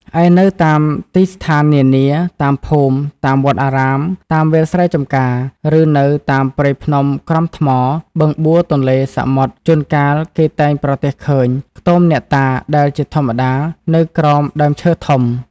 ឯនៅតាមទីស្ថាននានា តាមភូមិ តាមវត្តអារាម តាមវាលស្រែចម្ការ ឬ នៅតាមព្រៃភ្នំក្រំថ្ម បឹងបួរ ទន្លេ សមុទ្រ ជួនកាល គេតែងប្រទះឃើញខ្ទមអ្នកតាដែលជាធម្មតានៅក្រោមដើមឈើធំ។